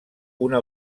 una